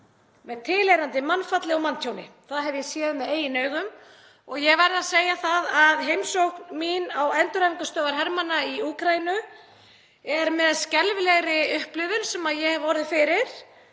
með tilheyrandi mannfalli og manntjóni. Það hef ég séð með eigin augum. Ég verð að segja það að heimsókn mín á endurhæfingarstöðvar hermanna í Úkraínu er með skelfilegri upplifun sem ég hef orðið fyrir.